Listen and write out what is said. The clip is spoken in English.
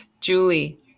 Julie